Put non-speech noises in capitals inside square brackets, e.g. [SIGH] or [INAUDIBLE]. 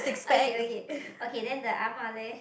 okay okay [BREATH] okay then the ah ma leh